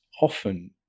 often